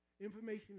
Information